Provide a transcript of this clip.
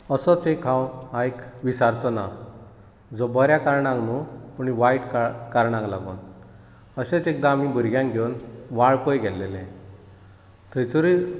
असोच एक हांव हायक विसारचोना जो बऱ्या कारणाक लागून न्हू पूण वायट कारणाक लागून अशेच एकदां आमी भुरग्यांक घेवन वाळपय गेलेले थंयसर